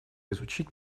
изучить